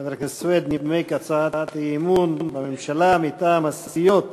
חבר הכנסת סוייד נימק הצעת אי-אמון בממשלה מטעם הסיעות